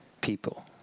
people